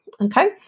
okay